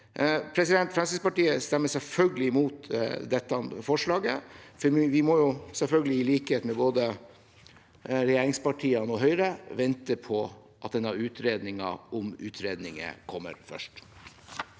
boligkrise. Fremskrittspartiet stemmer selvfølgelig imot dette forslaget, for vi må jo selvfølgelig, i likhet med både regjeringspartiene og Høyre, vente på at denne utredningen om utredninger kommer først.